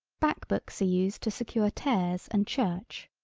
back books are used to secure tears and church.